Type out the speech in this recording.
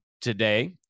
today